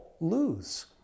lose